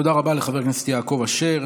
תודה רבה לחבר הכנסת יעקב אשר.